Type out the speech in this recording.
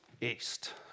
east